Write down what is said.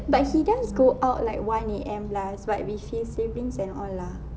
but he does go out like one A_M plus but with his siblings and all lah